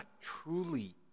truly